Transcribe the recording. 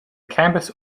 campus